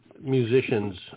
musicians